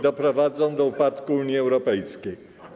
doprowadzą do upadku Unii Europejskiej.